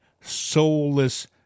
soulless